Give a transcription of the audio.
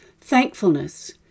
thankfulness